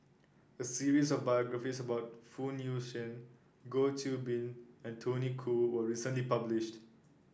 a series of biographies about Phoon Yew Tien Goh Qiu Bin and Tony Khoo was recently published